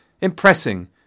impressing